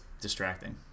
distracting